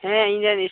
ᱦᱮᱸ ᱤᱧᱨᱮᱱ